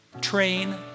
train